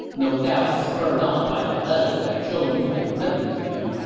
no doubt spurred on by the letter that zhou yu had written to him,